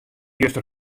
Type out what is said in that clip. juster